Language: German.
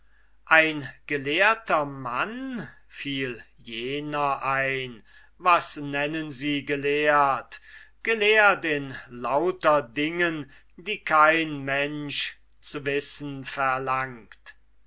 ein gelehrter mann sagte jener was nennen sie gelehrt gelehrt in lauter dingen die kein mensch zu wissen verlangt